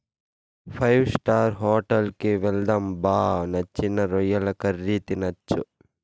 five star hotel కి వెళ్దాం బా నచ్చిన రొయ్యల కర్రీ తినొచ్చు